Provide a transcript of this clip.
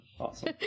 Awesome